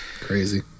Crazy